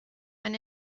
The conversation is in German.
man